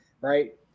right